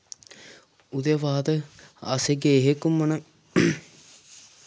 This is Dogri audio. उ'दे बाद अस गे हे घुम्मन